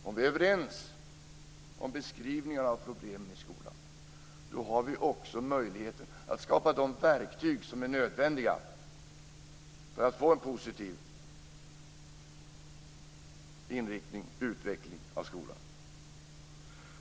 Om vi är överens om beskrivningarna av problemen i skolan har vi också möjligheter att skapa de verktyg som är nödvändiga för att få en positiv inriktning på och utveckling av skolan.